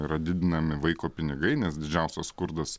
yra didinami vaiko pinigai nes didžiausias skurdas